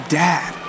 dad